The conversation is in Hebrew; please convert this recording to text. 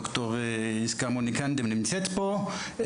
וד״ר יסכה מוניקדם נמצאת פה,